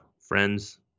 friends